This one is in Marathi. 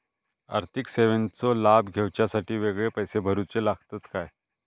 आर्थिक सेवेंचो लाभ घेवच्यासाठी वेगळे पैसे भरुचे लागतत काय?